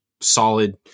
solid